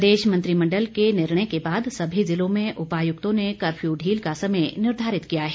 प्रदेश मंत्रिमंडल के निर्णय के बाद सभी जिलों में उपायुक्तों ने कर्फ्यू ढील का समय निर्धारित किया है